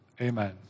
Amen